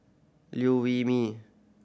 Liew Wee Mee